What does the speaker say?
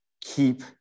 keep